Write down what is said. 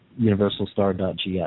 universalstar.gs